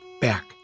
back